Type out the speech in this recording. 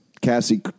Cassie